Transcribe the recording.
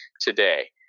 today